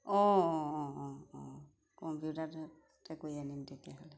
অঁ অঁ অঁ অঁ অঁ কম্পিউটাৰতে কৰি আনিম তেতিয়াহ'লে